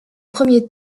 premier